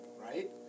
Right